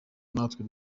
natwe